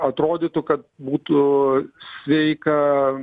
atrodytų kad būtų sveika